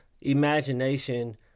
imagination